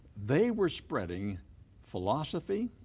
they were spreading philosophy,